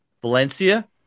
valencia